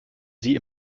sie